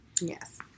Yes